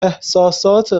احسسات